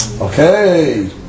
okay